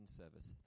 service